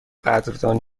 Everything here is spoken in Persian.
قدردانی